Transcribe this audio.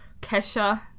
Kesha